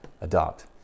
adopt